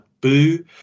Boo